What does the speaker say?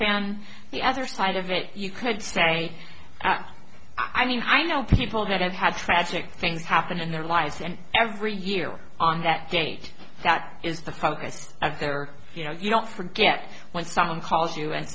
than the other side of it you could say i mean i know people that have had tragic things happen in their lives and every year on that date that is the focus of their or you know you don't forget when someone calls you and